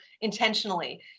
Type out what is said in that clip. intentionally